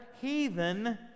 heathen